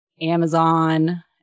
Amazon